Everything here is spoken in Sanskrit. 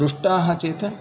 रुष्टाः चेत्